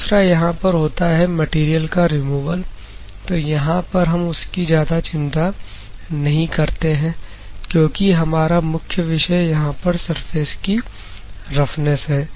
दूसरा यहां पर होता है मटेरियल का रिमूवल तो यहां पर हम उसकी ज्यादा चिंता नहीं करते हैं क्योंकि हमारा मुख्य विषय यहां पर सरफेस की रफनेस है